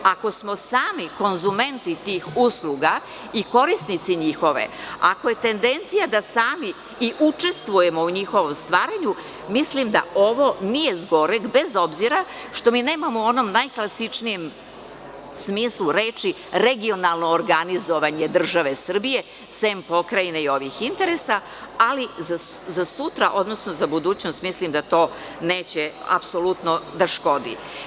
Ako smo sami konzumenti tih usluga i korisnici njihove, ako je tendencija da sami i učestvujemo u njihovom stvaranju, mislim da ovo nije zgoreg, bez obzira što mi nemamo u onom najklasičnijem smislu reči – regionalno organizovanje države Srbije, sem pokrajine i ovih interesa, ali za budućnost mislim da to neće apsolutno da škodi.